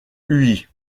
huy